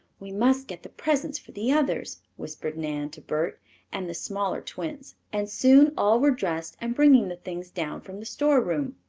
we must get the presents for the others, whispered nan to bert and the smaller twins, and soon all were dressed and bringing the things down from the storeroom.